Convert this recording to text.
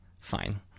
fine